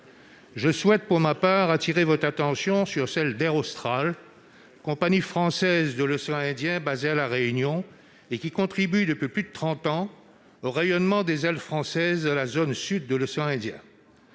Je souhaite, pour ma part, appeler votre attention sur la situation d'Air Austral, compagnie française de l'océan Indien basée à La Réunion, qui contribue depuis plus de trente ans au rayonnement des ailes françaises dans la zone sud de l'océan Indien.